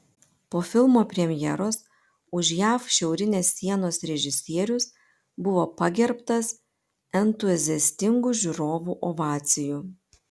po filmo premjeros už jav šiaurinės sienos režisierius buvo pagerbtas entuziastingų žiūrovų ovacijų